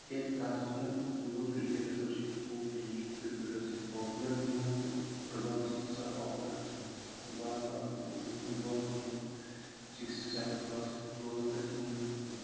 تِکیٛازِ تَتھ اوس نہٕ یوٗت کِرکٹَس اوس ییٚتہِ سُکوپٕے یوت کِرکٹَس اوس ییٚتہِ پاپوٗلَر گیم تہٕ فُٹ بال اوس نہَ تیٖژاہ پاپوٗلَر کیٚنٛہہ تہٕ وار وار لوٚگ مےٚ فُٹ بال وُچُھن سِکِس سیوَنتھ کَلاسَس منٛز لوٚگ مےٚ پَتہٕ گِنٛدُن تہِ تہٕ